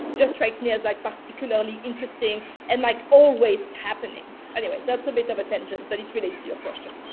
just strikes me as like particularly interesting and like always happening anyway that's a so bit of a tangent, but it relates to your question.